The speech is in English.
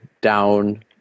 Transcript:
down